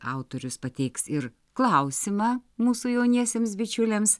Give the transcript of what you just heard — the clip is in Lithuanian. autorius pateiks ir klausimą mūsų jauniesiems bičiuliams